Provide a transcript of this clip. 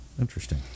interesting